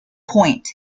point